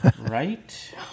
Right